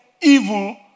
evil